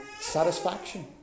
satisfaction